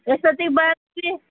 ಎಷ್ಟೊತ್ತಿಗೆ